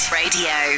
radio